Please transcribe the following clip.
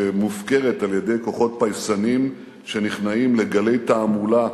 שמופקרת על-ידי כוחות פייסניים שנכנעים לגלי תעמולה,